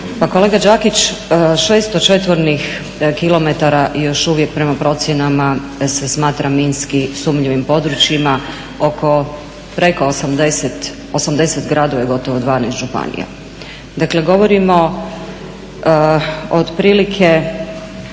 Pa kolega Đakić, 600 četvornih kilometara još uvijek prema procjenama se smatra minski sumnjivim područjima oko preko 80 gradova u gotovo 12 županija. Dakle, govorimo otprilike